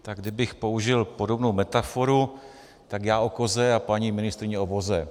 Tak kdybych použil podobnou metaforu, tak já o koze a paní ministryně o voze.